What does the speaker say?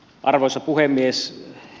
arvoisa puhemies